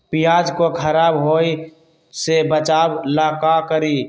प्याज को खराब होय से बचाव ला का करी?